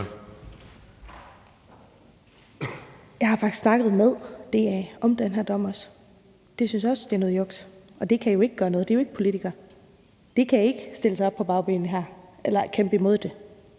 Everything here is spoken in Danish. Jeg har faktisk snakket med DA om den her dom også, og de synes også, det er noget juks, men de kan jo ikke gøre noget, for de er ikke politikere. De kan ikke stille sig på bagbenene eller kæmpe imod det,